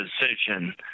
decision